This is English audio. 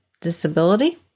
disability